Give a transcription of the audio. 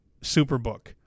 Superbook